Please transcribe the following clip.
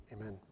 amen